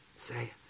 Say